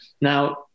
Now